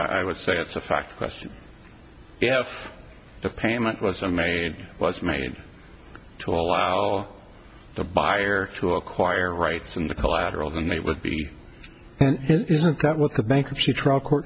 i would say it's a fact question if the payment was a main was made to allow the buyer to acquire rights in the collateral then they would be isn't that what the bankruptcy tr